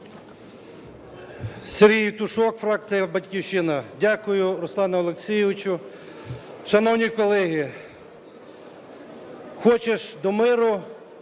Дякую, Руслане Олексійовичу.